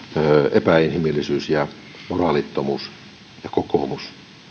epäinhimillisyys ja moraalittomuus ja kokoomus